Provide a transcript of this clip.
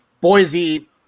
Boise